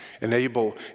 Enable